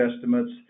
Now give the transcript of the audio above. estimates